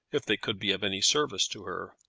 if they could be of any service to her.